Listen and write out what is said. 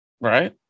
Right